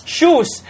Shoes